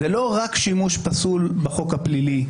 זה לא רק שימוש פסול בחוק הפלילי.